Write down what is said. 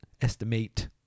estimate